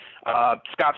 Scott